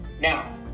now